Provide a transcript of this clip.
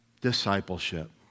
discipleship